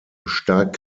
stark